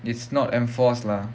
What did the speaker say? it's not enforced lah